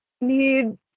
need